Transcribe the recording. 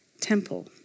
temple